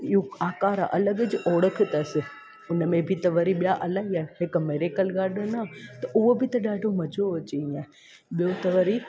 रुप आकार आहे अलॻि ओड़क अथसि उनमें बि त वरी ॿिया अलाई आहिनि हिकु मिरेकल गार्डन आहे उहो बि त ॾाढो मज़ो अची वेंदो आहे ॿियो त वरी